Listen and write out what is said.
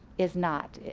is not.